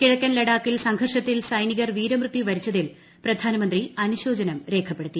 കിഴക്കൻ ലഡാക്കിൽ സംഘർഷത്തിൽ സൈനികർ വീരമൃത്യു വരിച്ചതിൽ പ്രധാനമന്ത്രി അനുശോചനം രേഖപ്പെടു ത്തി